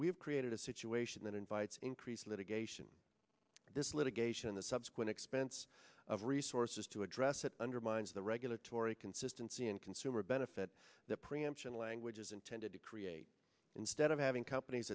have created a situation that invites increased litigation this litigation the subsequent expense of resources to address it undermines the regulatory consistency and consumer benefit that preemption language is intended to create instead of having companies